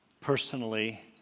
personally